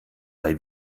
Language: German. bei